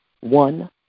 One